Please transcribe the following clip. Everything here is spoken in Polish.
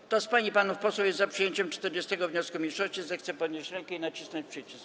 Kto z pań i panów posłów jest za przyjęciem 40. wniosku mniejszości, zechce podnieść rękę i nacisnąć przycisk.